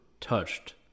touched